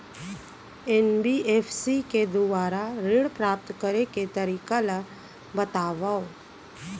NBFC के दुवारा ऋण प्राप्त करे के तरीका ल बतावव?